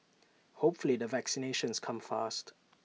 hopefully the vaccinations come fast